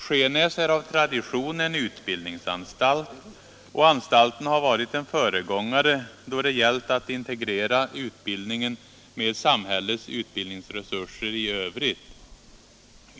Skenäs är av tradition en utbildningsanstalt, och anstalten har varit en föregångare då det gällt att integrera utbildningen med samhällets utbildningsresurser i övrigt.